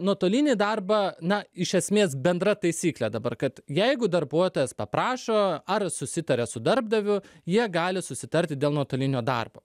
nuotolinį darbą na iš esmės bendra taisyklė dabar kad jeigu darbuotojas paprašo ar susitaria su darbdaviu jie gali susitarti dėl nuotolinio darbo